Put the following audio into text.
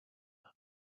are